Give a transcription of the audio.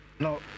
no